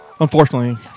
Unfortunately